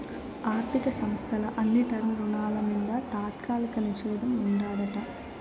ఆర్థిక సంస్థల అన్ని టర్మ్ రుణాల మింద తాత్కాలిక నిషేధం ఉండాదట